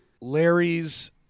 Larry's